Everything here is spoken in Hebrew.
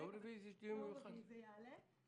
ביום רביעי ייערך דיון מיוחד.